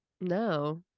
no